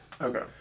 Okay